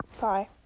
bye